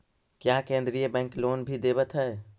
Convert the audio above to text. क्या केन्द्रीय bank loan भी देवत हैं